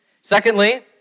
Secondly